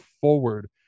forward